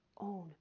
own